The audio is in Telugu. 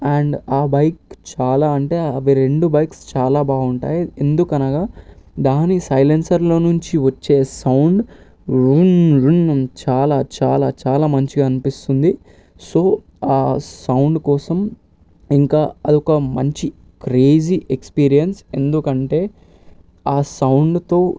అండ్ ఆ బైక్ చాలా అంటే అవి రెండు బైక్స్ చాలా బాగుంటాయి ఎందుకనగా దాని సైలెన్సర్లో నుంచి వచ్చే సౌండ్ రుం రుం చాలా చాలా చాలా మంచిగా అనిపిస్తుంది సో ఆ సౌండ్ కోసం ఇంకా అదొక మంచి క్రేజీ ఎక్స్పీరియన్స్ ఎందుకంటే ఆ సౌండ్తో